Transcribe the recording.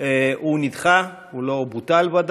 הוא נדחה, הוא ודאי לא בוטל,